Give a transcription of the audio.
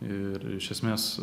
ir iš esmės